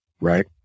right